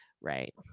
right